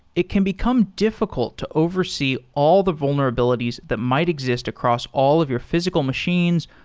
it can become difficult to oversee all the vulnerabilities that might exist across all of your physical machines,